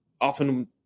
often